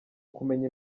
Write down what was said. kumenya